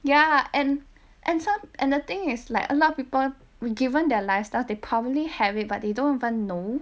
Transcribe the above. ya and and some and the thing is like a lot of people were given their lifestyles they probably have it but they don't even know